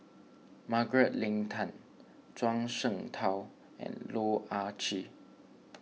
Margaret Leng Tan Zhuang Shengtao and Loh Ah Chee